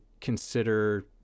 consider